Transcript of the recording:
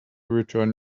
return